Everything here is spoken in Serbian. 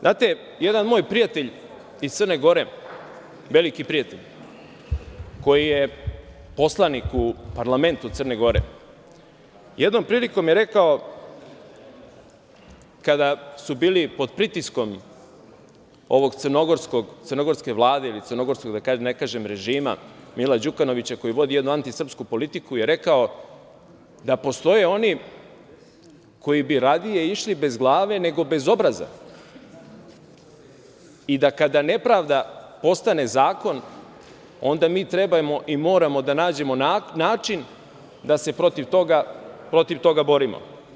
Znate, jedan moj prijatelj iz Crne Gore, veliki prijatelj, koji je poslanik u parlamentu Crne Gore, jednom prilikom je rekao, kada su bili pod pritiskom crnogorske Vlade, da ne kažem režima Mila Đukanovića, koji vodi jednu antisrpsku politiku, da postoje oni koji bi radije išli bez glave nego bez obraza i da kada nepravda postane zakon, onda mi treba i moramo da nađemo način da se protiv toga borimo.